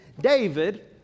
David